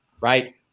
Right